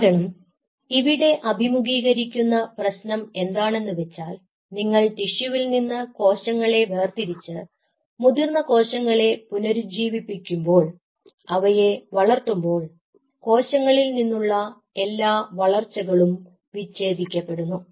കാരണം ഇവിടെ അഭിമുഖീകരിക്കുന്ന പ്രശ്നം എന്താണെന്ന് വച്ചാൽ നിങ്ങൾ ടിഷ്യുവിൽ നിന്ന് കോശങ്ങളെ വേർതിരിച്ച് മുതിർന്ന കോശങ്ങളെ പുനരുജ്ജീവിപ്പിക്കുമ്പോൾ അവയെ വളർത്തുമ്പോൾ കോശങ്ങളിൽ നിന്നുള്ള എല്ലാ വളർച്ചകളും വിച്ഛേദിക്കപ്പെടുന്നു